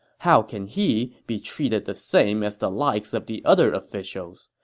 how can he be treated the same as the likes of the other officials?